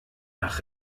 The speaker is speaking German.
nach